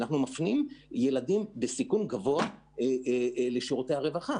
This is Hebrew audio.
אנחנו מפנים ילדים בסיכון גבוה לשירותי הרווחה.